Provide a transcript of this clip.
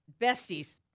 Besties